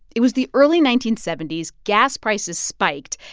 it was the early nineteen seventy s. gas prices spiked,